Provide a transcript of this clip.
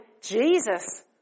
Jesus